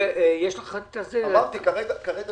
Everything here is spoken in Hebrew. יש לך את --- אמרתי, כרגע